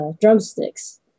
drumsticks